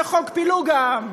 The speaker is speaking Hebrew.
זה חוק פילוג העם.